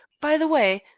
by the way,